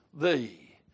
thee